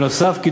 נוסף על כך,